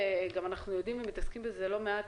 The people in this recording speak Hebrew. ואנחנו חברי הכנסת גם מתעסקים בזה לא מעט.